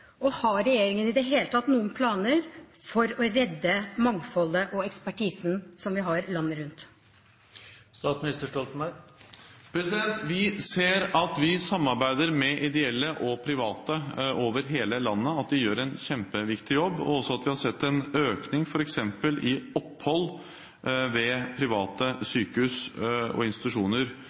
Og har regjeringen i det hele tatt noen planer for å redde det mangfoldet og den ekspertisen som vi har landet rundt? Vi ser at vi samarbeider med ideelle og private over hele landet, og at de gjør en kjempeviktig jobb. Vi har også sett en økning i f.eks. opphold ved private sykehus og institusjoner